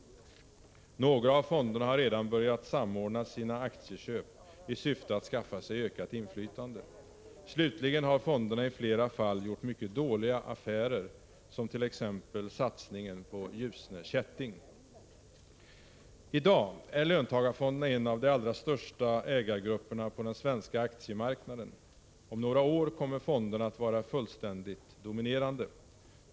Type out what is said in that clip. Några av fonderna har redan börjat samordna sina aktieköp i syfte att skaffa sig ökat inflytande. Slutligen har fonderna i flera fall gjort mycket dåliga affärer, t.ex. satsningen på Ljusne Kätting. I dag är löntagarfonderna en av de allra största ägargrupperna på den svenska aktiemarknaden. Om några år kommer fonderna att vara fullständigt dominerande.